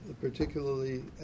particularly